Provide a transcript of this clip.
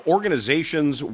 Organizations